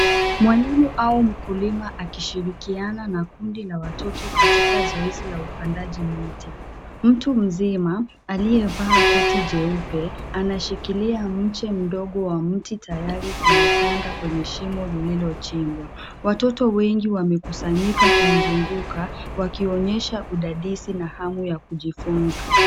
Mwalimu au mkulima akishirikiana na kundi la watoto katika zoezi la upandaji miti. Mtu mzima aliyevaa koti jeupe anashikilia mche mdogo wa mti tayari kuupanda kwenye shimo lililochimbwa. Watoto wengi wamekusanyika kumzunguka wakionyesha udadisi na hamu ya kujifunza.